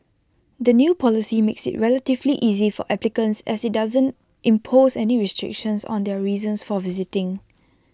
the new policy makes IT relatively easy for applicants as IT doesn't impose any restrictions on their reasons for visiting